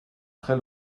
très